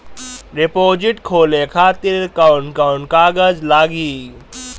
Deposit खोले खातिर कौन कौन कागज लागी?